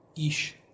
Ish